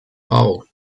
hole